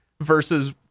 versus